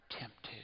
tempted